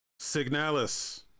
Signalis